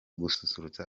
gususurutsa